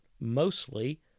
mostly